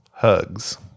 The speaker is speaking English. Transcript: hugs